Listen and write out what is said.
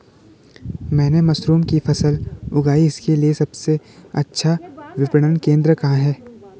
मैंने मशरूम की फसल उगाई इसके लिये सबसे अच्छा विपणन केंद्र कहाँ है?